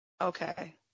Okay